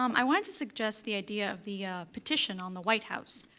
um i wanted to suggest the idea of the petition on the white house.